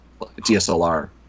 DSLR